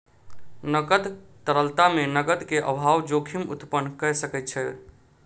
नकद तरलता मे नकद के अभाव जोखिम उत्पन्न कय सकैत अछि